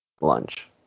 lunch